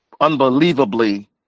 unbelievably